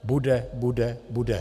Bude, bude, bude.